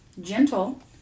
gentle